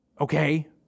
Okay